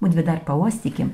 mudvi dar pauostykim